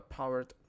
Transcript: Powered